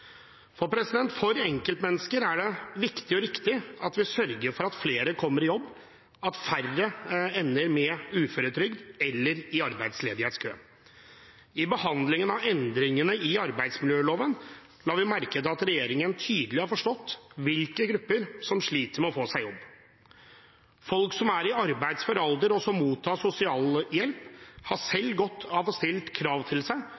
For enkeltmennesker er det viktig og riktig at vi sørger for at flere kommer i jobb, og at færre ender med uføretrygd eller i arbeidsledighetskø. I behandlingen av endringene i arbeidsmiljøloven la vi merke til at regjeringen tydelig har forstått hvilke grupper som sliter med å få seg jobb. Folk som er i arbeidsfør alder, og som mottar sosialhjelp, har godt av å bli stilt krav til,